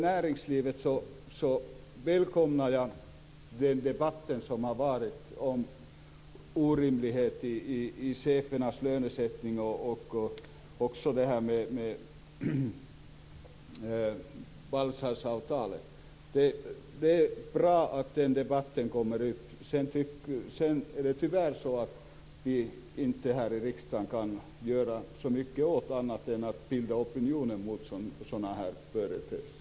Jag välkomnar den debatt som har varit om orimligheter i chefernas lönesättning i näringslivet och även detta med fallskärmsavtalen. Det är bra att den debatten kommer upp. Tyvärr är det så att vi här i riksdagen inte kan göra så mycket åt detta annat än att bilda opinion mot sådana företeelser.